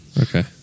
Okay